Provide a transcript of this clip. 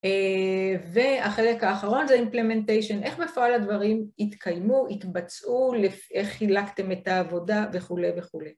והחלק האחרון זה implementation, איך בפעל הדברים התקיימו, התבצעו, איך חילקתם את העבודה וכו' וכו'.